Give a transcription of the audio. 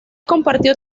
compartió